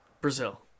Brazil